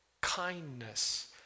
kindness